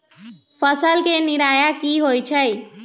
फसल के निराया की होइ छई?